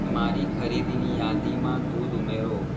મારી ખરીદીની યાદીમાં દૂધ ઉમેરો